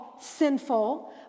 sinful